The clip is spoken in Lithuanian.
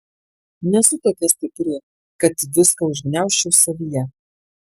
nesu tokia stipri kad viską užgniaužčiau savyje